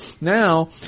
Now